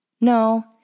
No